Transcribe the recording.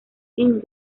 sin